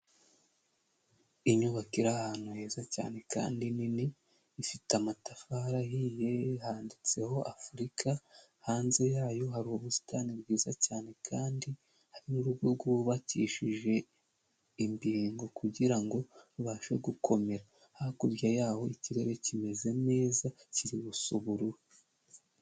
Inyubako iri ahantu heza cyane kandi nini ifite amatafari ahiye handitseho Africa, hanze yayo hari ubusitani bwiza cyane kandi hari n'urugo rwubakishije imbingo kugira ngo rubashe gukomera, hakurya yaho ikirere kimeze neza kiri gusu ubururu.